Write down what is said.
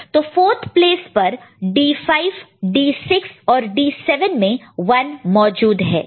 तो 4th place पर 1 D5 D6 और D7 में मौजूद है